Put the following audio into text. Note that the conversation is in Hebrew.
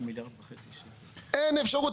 אין אפשרות.